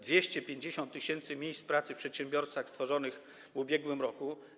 250 tys. miejsc pracy w przedsiębiorstwach stworzonych w ubiegłym roku.